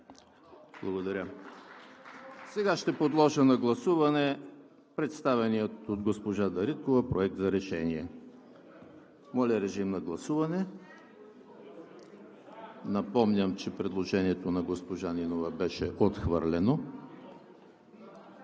Благодаря. Сега ще подложа на гласуване представения от госпожа Дариткова проект за решение. Напомням, че предложението на госпожа Нинова беше отхвърлено. Моля,